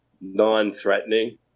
non-threatening